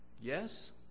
Yes